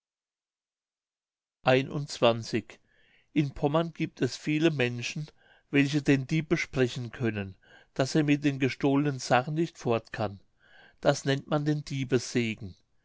in pommern giebt es viele menschen welche den dieb besprechen können daß er mit den gestohlnen sachen nicht fort kann das nennt man den